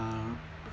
uh